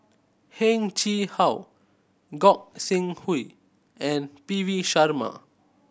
Heng Chee How Gog Sing Hooi and P V Sharma